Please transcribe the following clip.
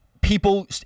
people